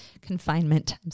Confinement